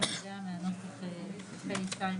אני מקריאה מן הנוסח של הצעת חוק מס'